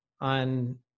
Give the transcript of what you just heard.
on